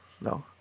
no